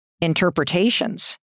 interpretations